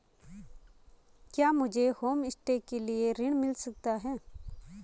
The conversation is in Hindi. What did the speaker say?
क्या मुझे होमस्टे के लिए ऋण मिल सकता है?